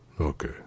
Okay